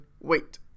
wait